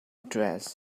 dress